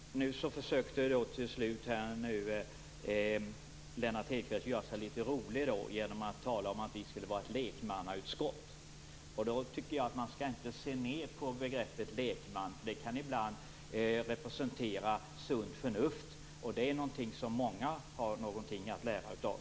Nu försökte Lennart Hedquist till slut göra sig litet rolig genom att tala om att vi skulle vara ett lekmannautskott. Man skall inte se ned på begreppet lekman. Det kan ibland representera sunt förnuft, och det är något som många har något att lära av.